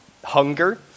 Hunger